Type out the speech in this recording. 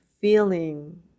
feeling